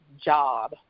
job